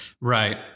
Right